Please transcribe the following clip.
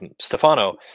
Stefano